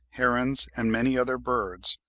herons, and many other birds,